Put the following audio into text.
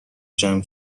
جمع